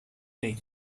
day